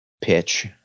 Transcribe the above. pitch